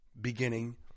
beginning